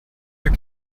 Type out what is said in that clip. your